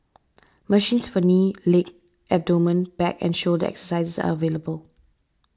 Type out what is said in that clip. machines for knee leg abdomen back and shoulder exercises are available